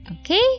Okay